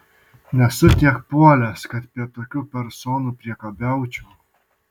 nesu tiek puolęs kad prie tokių personų priekabiaučiau